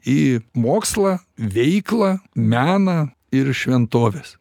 į mokslą veiklą meną ir į šventoves